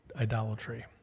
idolatry